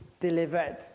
delivered